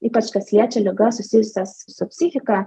ypač kas liečia ligas susijusias su psichika